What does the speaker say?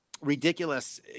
ridiculous